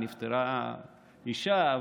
נפטרה אישה,